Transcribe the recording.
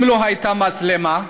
אם לא הייתה מצלמה,